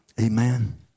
Amen